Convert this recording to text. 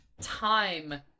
time